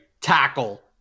tackle